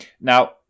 Now